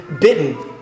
bitten